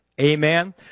Amen